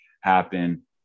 happen